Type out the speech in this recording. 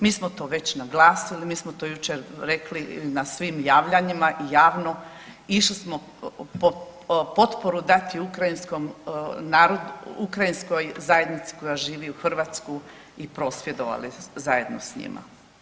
Mi smo to već naglasili, mi smo to jučer rekli na svim javljanjima i javno, išli smo potporu dati ukrajinskoj zajednici koja živi u Hrvatskoj i prosvjedovali zajedno s njima.